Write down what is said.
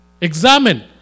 Examine